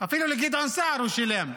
אפילו לגדעון סער הוא שילם.